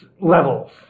levels